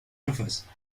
surfaces